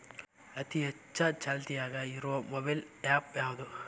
ಅತಿ ಹೆಚ್ಚ ಚಾಲ್ತಿಯಾಗ ಇರು ಮೊಬೈಲ್ ಆ್ಯಪ್ ಯಾವುದು?